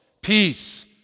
Peace